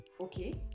okay